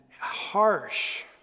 harsh